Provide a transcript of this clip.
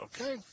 Okay